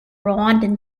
rwandan